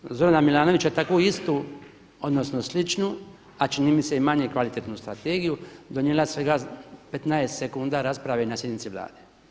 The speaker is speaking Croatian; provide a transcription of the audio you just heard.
Vlada Zorana Milanovića takvu istu, odnosno sličnu a čini mi se i manje kvalitetnu strategiju donijela za svega 15 sekundi rasprave na sjednici Vlade.